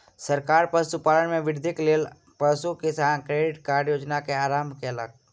सरकार पशुपालन में वृद्धिक लेल पशु किसान क्रेडिट कार्ड योजना के आरम्भ कयलक